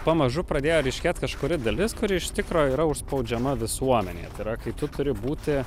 pamažu pradėjo ryškėt kažkuri dalis kuri iš tikro yra užspaudžiama visuomenėje tai yra kai tu turi būti